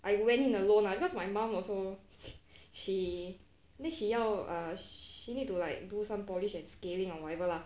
I went in alone lah cause my mum also she then she 要 she need to like do some polish and scaling or whatever lah